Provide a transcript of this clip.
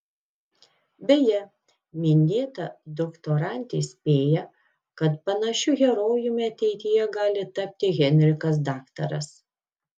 beje minėta doktorantė spėja kad panašiu herojumi ateityje gali tapti henrikas daktaras